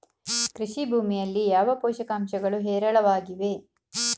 ಕೃಷಿ ಭೂಮಿಯಲ್ಲಿ ಯಾವ ಪೋಷಕಾಂಶಗಳು ಹೇರಳವಾಗಿವೆ?